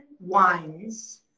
wines